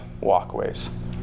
walkways